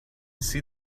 see